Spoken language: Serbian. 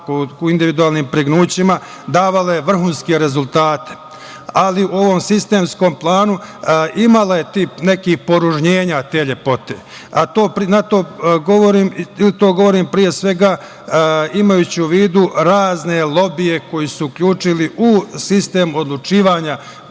u individualnim pregnućima davala je vrhunske rezultate, ali u ovom sistemskom planu imala je tih nekih poružnjenja te lepote, a to govorim pre svega imajući u vidu razne lobije koji su uključili u sistem odlučivanja